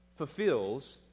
fulfills